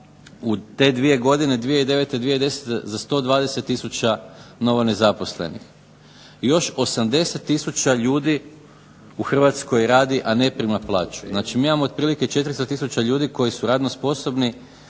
u te dvije godine, 2009. i 2010. za 120 tisuća novo nezaposlenih. Još 80 tisuća ljudi u Hrvatskoj radi, a ne prima plaću. Znači mi imamo otprilike 400 tisuća ljudi koji su radno sposobni,